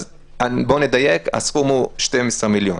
אז בוא נדייק, הסכום הוא 12 מיליון.